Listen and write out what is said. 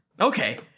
Okay